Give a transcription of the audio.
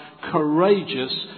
courageous